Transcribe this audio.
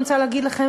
אני רוצה להגיד לכם,